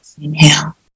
Inhale